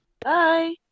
Bye